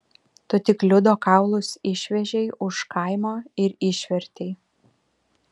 tu tik liudo kaulus išvežei už kaimo ir išvertei